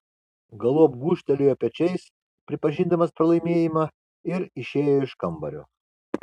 galop gūžtelėjo pečiais pripažindamas pralaimėjimą ir išėjo iš kambario